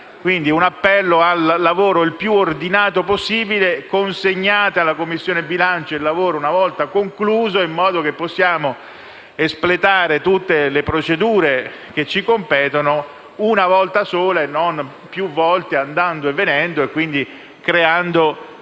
si faccia un lavoro il più ordinato possibile: consegnate alla Commissione bilancio il lavoro una volta concluso, in modo da poter espletare tutte le procedure che ci competono una volta sola e non più volte, creando indubbi